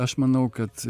aš manau kad